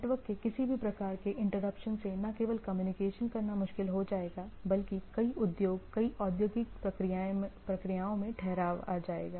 network के किसी भी प्रकार के इंटरपसन से न केवल कम्युनिकेशन करना मुश्किल हो जाएगा बल्कि कई उद्योग कई औद्योगिक प्रक्रियाओं में ठहराव आ जाएगा